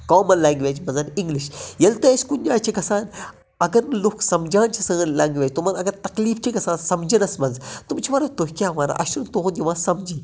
common language مَنز English ییٚلہِ تہِ أسۍ کُنہِ جایہِ چھِ گَژھان اگر نہٕ لُکھ سَمجان چھِ سٲنۍ لینگویٚج تمَن اگر تکلیٖف چھِ گَژھان سَمجِنَس مَنٛز تم چھِ وَنان تُہۍ کیاہ وَنان اَسہِ چھُنہٕ تُہند یِوان سمجی